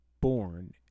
born